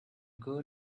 girl